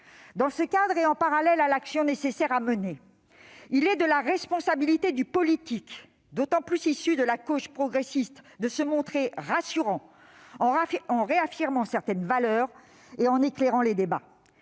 Dans ce cadre, et en parallèle à l'action nécessaire à mener, il est de la responsabilité du politique, et plus encore des acteurs issus de la gauche progressiste, de se montrer rassurant, en réaffirmant certaines valeurs et en éclairant les débats.